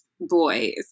boys